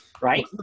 right